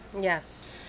yes